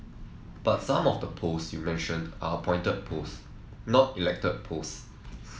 but some of the posts you mentioned are appointed posts not elected posts